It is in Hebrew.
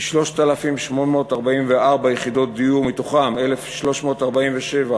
כ-3,844 יחידות דיור, מהן 1,347